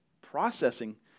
processing